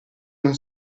non